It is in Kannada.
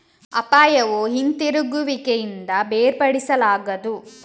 ಅಪಾಯವು ಹಿಂತಿರುಗುವಿಕೆಯಿಂದ ಬೇರ್ಪಡಿಸಲಾಗದು